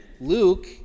Luke